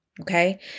Okay